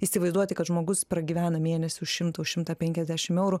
įsivaizduoti kad žmogus pragyvena mėnesį už šimtą už šimtą penkiasdešim eurų